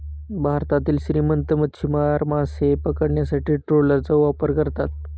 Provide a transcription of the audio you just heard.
भारतातील श्रीमंत मच्छीमार मासे पकडण्यासाठी ट्रॉलरचा वापर करतात